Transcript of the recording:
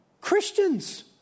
Christians